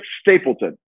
Stapleton